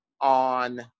on